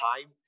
time